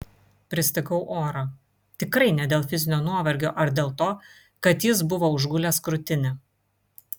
pristigau oro tikrai ne dėl fizinio nuovargio ar dėl to kad jis buvo užgulęs krūtinę